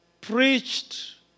preached